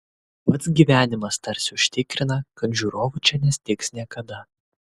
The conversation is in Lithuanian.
pats gyvenimas tarsi užtikrina kad žiūrovų čia nestigs niekada